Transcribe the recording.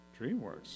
dreamworks